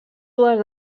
dues